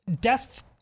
death